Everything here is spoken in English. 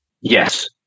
Yes